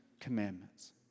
commandments